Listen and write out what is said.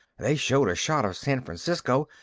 they showed a shot of san francisco,